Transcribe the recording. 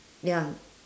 ya